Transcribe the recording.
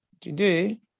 today